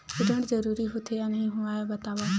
ऋण जरूरी होथे या नहीं होवाए बतावव?